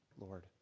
Lord